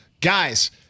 guys